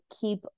keep